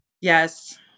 Yes